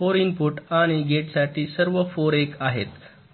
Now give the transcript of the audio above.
4 input आणि गेटसाठी सर्व 4 एक आहेत